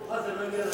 מה, זה לא הגיע לשטחים?